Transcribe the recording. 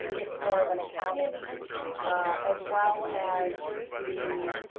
it's more of an accounting as well as we